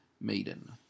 maiden